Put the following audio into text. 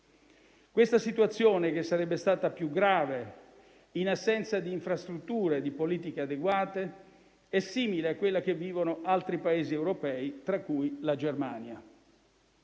Questa situazione, che sarebbe stata più grave in assenza di infrastrutture e di politiche adeguate, è simile a quella che vivono altri Paesi europei, tra cui la Germania.